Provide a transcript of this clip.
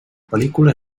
pel·lícula